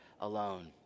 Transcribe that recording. alone